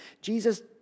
Jesus